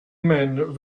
men